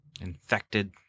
infected